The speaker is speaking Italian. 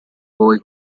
poi